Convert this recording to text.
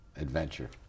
adventure